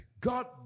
God